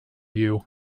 you